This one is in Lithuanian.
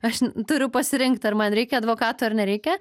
aš turiu pasirinkt ar man reikia advokato ar nereikia